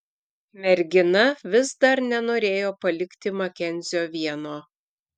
mergina vis dar nenorėjo palikti makenzio vieno